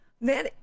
Man